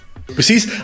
Precies